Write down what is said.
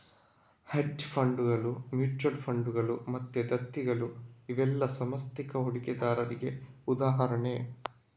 hedge ಫಂಡುಗಳು, mutual ಫಂಡುಗಳು ಮತ್ತೆ ದತ್ತಿಗಳು ಇವೆಲ್ಲ ಸಾಂಸ್ಥಿಕ ಹೂಡಿಕೆದಾರರಿಗೆ ಉದಾಹರಣೆ